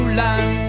land